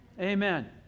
Amen